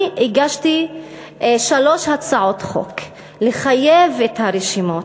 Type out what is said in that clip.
אני הגשתי שלוש הצעות חוק לחייב את הרשימות,